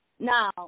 Now